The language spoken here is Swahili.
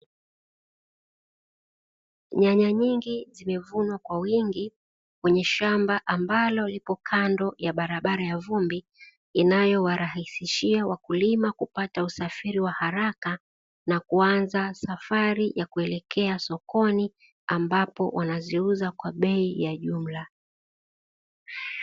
Nyanya nyingi zimevunwa kwa wingi, kwenye shamba ambalo lipo kando ya barabara ya vumbi, inayowarahisishia wakulima kupata usafiri wa haraka na kuanza safari ya kuelekea sokoni, ambapo wanaziuza kwa bei ya jumla.